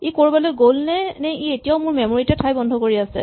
ই ক'ৰবালৈ গ'ল নে ই এতিয়াও মোৰ মেমৰী তে ঠাই বন্ধ কৰি আছে